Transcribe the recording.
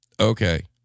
Okay